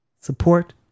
support